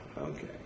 okay